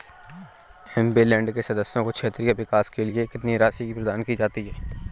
MP land के सदस्यों को क्षेत्रीय विकास के लिए कितनी राशि प्रदान की जाती है?